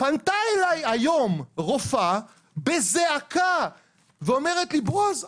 פנתה אלי היום רופאה בזעקה ואומרת לי 'בועז,